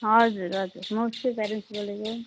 हजुर हजुर म उसकै प्यारेन्ट्स बोलेको